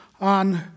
on